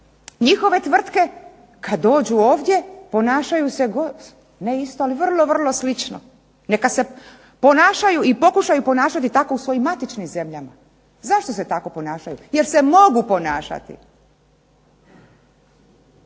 njihove tvrtke kada dođu ovdje ponašaju se isto ali vrlo, vrlo slično. Neka se ponašaju i neka se pokušaju ponašati u svojim matičnim zemljama. Zašto se tako ponašaju? Jer se mogu ponašati.